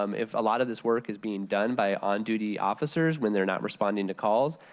um if a lot of this work is being done by on-duty officers when they're not responding to calls,